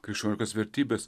krikščioniškas vertybes